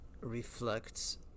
reflects